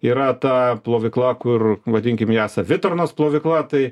yra ta plovykla kur vadinkim ją savitarnos plovykla tai